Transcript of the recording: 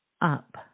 up